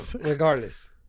regardless